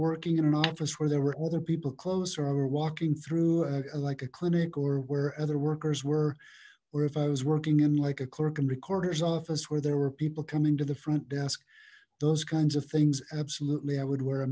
working in an office where there were other people close or i were walking through like a clinic or where other workers were or if i was working in like a clerk and recorders office where there were people coming to the front desk those kinds of things absolutely i would wear a